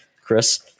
chris